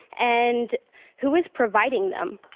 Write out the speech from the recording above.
and who is providing them?